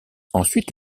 ensuite